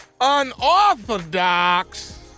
unorthodox